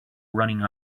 running